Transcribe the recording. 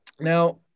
now